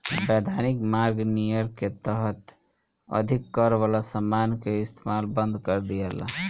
वैधानिक मार्ग नियर के तहत अधिक कर वाला समान के इस्तमाल बंद कर दियाला